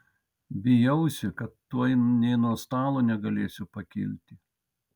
bijausi kad tuoj nė nuo stalo negalėsiu pakilti